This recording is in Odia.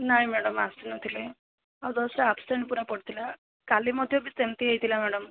ନାଇ ମ୍ୟାଡ଼ମ ଆସି ନଥିଲେ ଆଉ ଦଶଟା ଆବସେଣ୍ଟ ପୁରା ପଡ଼ିଥିଲା କାଲି ମଧ୍ୟ ବି ସେମିତି ହେଇଥିଲା ମ୍ୟାଡ଼ମ